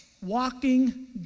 walking